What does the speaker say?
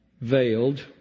veiled